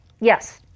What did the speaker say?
Yes